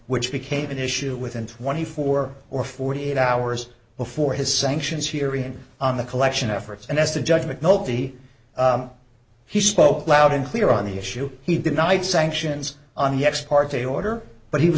which became an issue within twenty four or forty eight hours before his sanctions hearing on the collection efforts and that's the judgment nobody he spoke loud and clear on the issue he denied sanctions on the ex parte order but he was